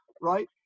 Right